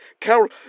Carol